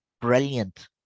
brilliant